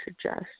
suggest